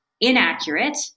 inaccurate